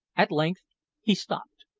at length he stopped,